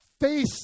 face